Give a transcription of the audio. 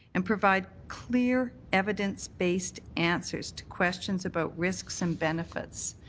and provide clear evidence-based answers to questions about risks and benefits.